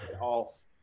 off